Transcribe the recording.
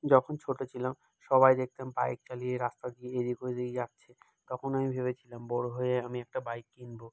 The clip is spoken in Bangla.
যখন ছোটো ছিলাম সবাই দেখতাম বাইক চালিয়ে রাস্তা দিয়ে এদিক ওদিক যাচ্ছে তখন আমি ভেবেছিলাম বড় হয়ে আমি একটা বাইক কিনব